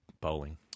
bowling